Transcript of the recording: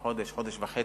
חודש וחצי,